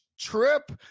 trip